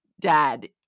dad